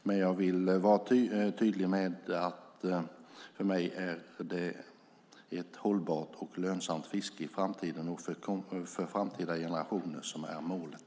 Men jag vill vara tydlig med att det för mig är ett hållbart och lönsamt fiske i framtiden och för framtida generationer som är målet.